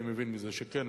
אני מבין מזה שכן,